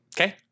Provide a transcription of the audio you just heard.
Okay